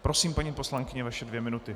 Prosím, paní poslankyně, vaše dvě minuty.